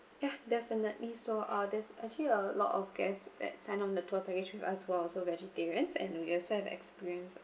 ya definitely so uh there's actually a lot of guest that signed on the tour package with us were also vegetarians and we as well experienced